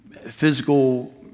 physical